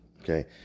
okay